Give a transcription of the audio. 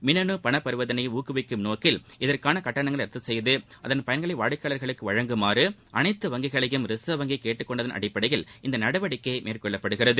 மின்னனு பணப்பரிவர்த்தனையை ஊக்குவிக்கும் நோக்கில் இதற்கான கட்டணங்களை ரத்து செய்து அதன் பயன்களை வாடிக்கையாளர்களுக்கு வழங்குமாறு அனைத்து வங்கிகளையும் ரிசர்வ் வங்கி கேட்டுக்கொண்டதன் அடிப்படையில் இந்த நடவடிக்கை மேற்கொள்ளப்படுகிறது